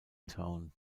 town